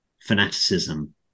fanaticism